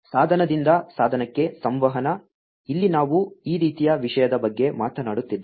ಸಾಧನದಿಂದ ಸಾಧನಕ್ಕೆ ಸಂವಹನ ಇಲ್ಲಿ ನಾವು ಈ ರೀತಿಯ ವಿಷಯದ ಬಗ್ಗೆ ಮಾತನಾಡುತ್ತಿದ್ದೇವೆ